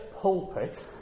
pulpit